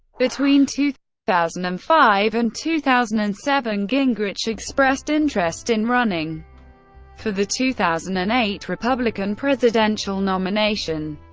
between two thousand and five and two thousand and seven, gingrich expressed interest in running for the two thousand and eight republican presidential nomination.